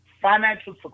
financial